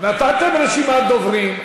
נתתם רשימת דוברים,